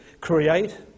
create